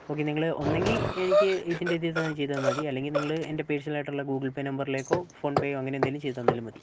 okay നിങ്ങൾ ഒന്നുകിൽ എനിക്ക് ഇതിന്റെ ഇത് ഏതായാലും ചെയ്ത് തന്നാൽ മതി അല്ലെങ്കിൽ നിങ്ങൾ എന്റെ പേർസണൽ ആയിട്ടുള്ള ഗൂഗിൾ പേയ് നമ്പറിലേക്കോ ഫോൺപേയോ അങ്ങനെ എന്തെങ്കിലും ചെയ്ത് തന്നാലും മതി